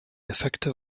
effekte